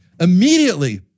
immediately